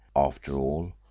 after all,